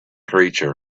creature